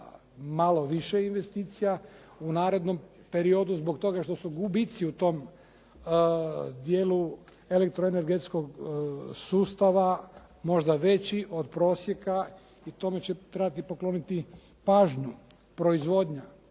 malo više investicija u narednom periodu, zbog toga što su gubici u tom dijelu elektroenergetskog sustava možda veći od prosjeka i tome će trebati pokloniti pažnju. Proizvodnja.